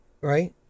right